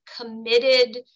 committed